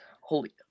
Holy